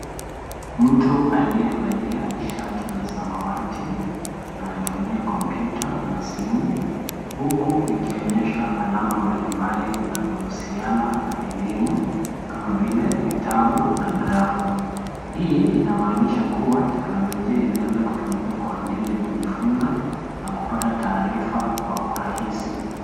Mtu aliyevalia shati la samawati anatumia kompyuta na simu. Huku ikionyesha alama mbalimbali zinazo husiana na elimu kama vile vitabu na grafu. Hii inamaanisha kuwa teknolojia inaweza kutumika kwa ajili ya kujifunza na kupata taarifa kwa urahisi.